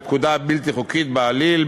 בפקודה בלתי חוקית בעליל,